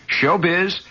Showbiz